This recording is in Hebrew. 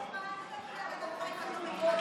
רק תעשי טובה,